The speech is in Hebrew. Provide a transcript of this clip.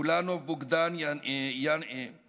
בולנוב בוגדאן יאנצ'ב,